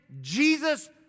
Jesus